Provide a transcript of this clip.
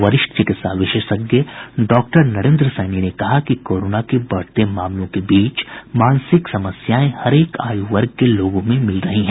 वरिष्ठ चिकित्सा विशेषज्ञ डॉक्टर नरेंद्र सैनी ने कहा कि कोरोना के बढ़ते मामलों के बीच मानसिक समस्याएं हरेक आयु वर्ग के लोगों में मिल रही हैं